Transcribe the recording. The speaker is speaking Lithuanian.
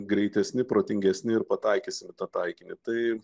greitesni protingesni ir pataikysim į tą taikinį tai